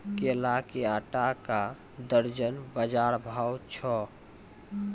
केला के आटा का दर्जन बाजार भाव छ?